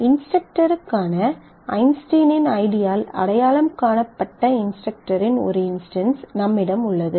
இன்ஸ்டரக்டரான ஐன்ஸ்டீனின் ஐடியால் அடையாளம் காணப்பட்ட இன்ஸ்டரக்டரின் ஒரு இன்ஸ்டன்ஸ் நம்மிடம் உள்ளது